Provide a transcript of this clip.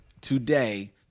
today